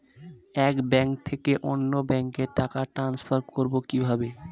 এক ব্যাংক থেকে অন্য ব্যাংকে টাকা ট্রান্সফার করবো কিভাবে?